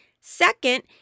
Second